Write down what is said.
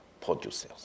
producers